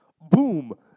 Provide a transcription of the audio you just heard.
Boom